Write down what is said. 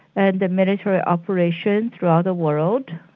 and the military operations throughout the world,